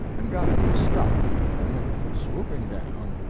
and got a good start, and went swooping down,